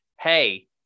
hey